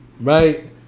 right